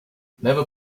never